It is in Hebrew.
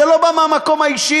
זה לא בא מהמקום האישי,